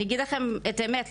אני אגיד לכם את האמת,